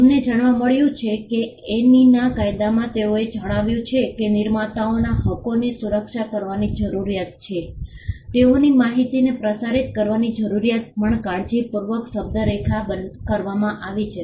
અમને જાણવા મળ્યું છે કે એનીના કાયદામાં તેઓએ જણાવ્યું છે કે નિર્માતાઓના હક્કોની સુરક્ષા કરવાની જરૂરિયાત છે તેઓની માહિતીને પ્રસારિત કરવાની જરૂરિયાત પણ કાળજીપૂર્વક શબ્દરેખા કરવામાં આવી છે